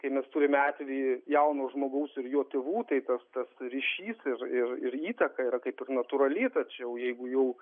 kai mes turime atvejį jauno žmogaus ir jo tėvų tai tas tas ryšys ir ir ir įtaka yra kaip ir natūrali tačiau jeigu jau